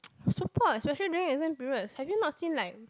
super especially during exam period have you not seen like